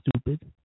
stupid